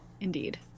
Indeed